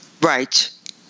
Right